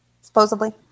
Supposedly